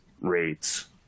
rates